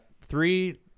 three